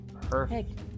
Perfect